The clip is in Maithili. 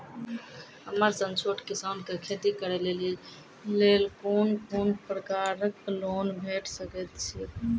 हमर सन छोट किसान कअ खेती करै लेली लेल कून कून प्रकारक लोन भेट सकैत अछि?